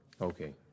Okay